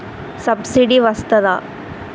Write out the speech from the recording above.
Subsidy వస్తదా?